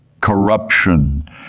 corruption